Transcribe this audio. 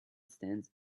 stands